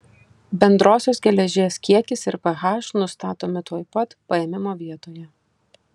bendrosios geležies kiekis ir ph nustatomi tuoj pat paėmimo vietoje